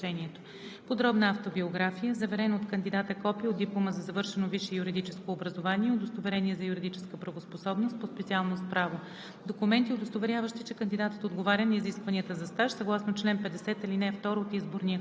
Към предложението се прилагат следните документи: - писмено съгласие на кандидата по образец – Приложение № 1 към решението; - подробна автобиография; - заверено от кандидата копие от диплома за завършено висше юридическо образование и удостоверение за юридическа правоспособност по специалност „Право“;